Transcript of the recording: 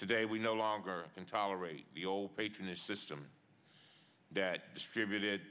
today we no longer can tolerate the old patronage system that distributed